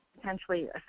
potentially